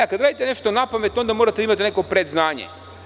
Kada radite nešto napamet, onda morate da imate neko predznanje.